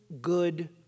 good